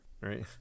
right